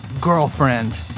girlfriend